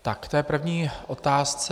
K té první otázce.